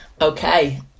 Okay